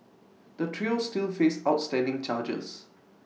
the trio still face outstanding charges